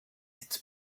its